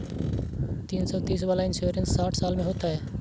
तीन सौ तीस वाला इन्सुरेंस साठ साल में होतै?